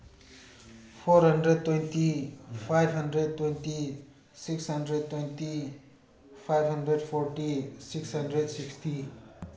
four hundred twenty five hundred twenty six hundred twenty five hundred forty six hundred sixty